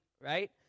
right